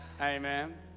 Amen